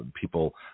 people